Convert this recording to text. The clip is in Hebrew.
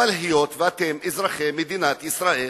אבל היות שאתם אזרחי מדינת ישראל,